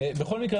בכל מקרה,